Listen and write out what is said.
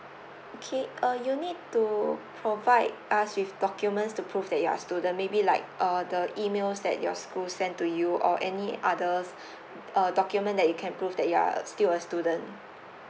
okay uh you need to provide us with documents to prove that you are student maybe like uh the emails that your school send to you or any others uh document that you can prove that you are a still a student